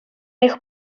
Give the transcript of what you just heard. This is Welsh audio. eich